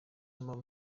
mpamvu